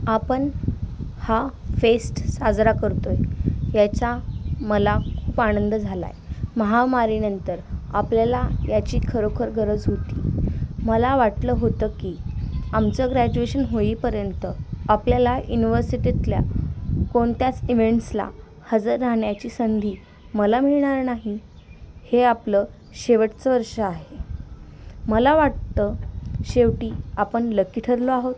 आपण हा फेस्ट साजरा करतो आहे याचा मला खूप आनंद झाला आहे महामारीनंतर आपल्याला याची खरोखर गरज होती मला वाटलं होतं की आमचं ग्रॅज्युएशन होईपर्यंत आपल्याला युनिवर्सिटीतल्या कोणत्याच इवेंट्सला हजर राहण्याची संधी मला मिळणार नाही हे आपलं शेवटचं वर्ष आहे मला वाटतं शेवटी आपण लकी ठरलो आहोत